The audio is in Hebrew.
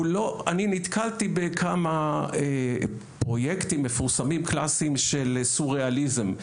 אני נתקלתי בכמה פרויקטים מפורסמים קלסיים של סוריאליזם,